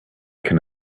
can